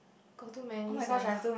got too many sia